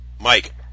mike